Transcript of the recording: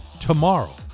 Tomorrow